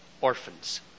orphans